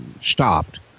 stopped